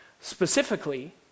Specifically